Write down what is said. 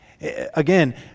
Again